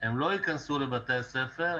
הם לא ייכנסו לבתי הספר,